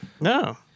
No